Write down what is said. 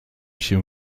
się